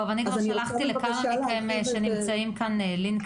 אני כבר שלחתי לכמה מכם שנמצאים כאן לינק